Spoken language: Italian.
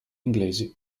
inglesi